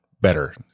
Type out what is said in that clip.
better